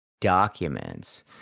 documents